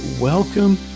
welcome